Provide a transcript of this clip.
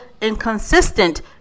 inconsistent